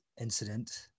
incident